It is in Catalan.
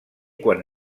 quan